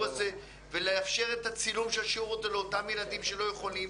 הזה ולאפשר את הצילום הזה לאותם ילדים שלא יכולים,